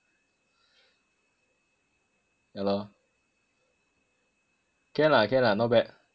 yah lor can lah can lah not bad